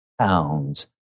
pounds